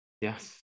Yes